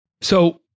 So-